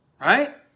Right